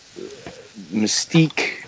mystique